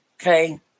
Okay